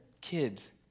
kids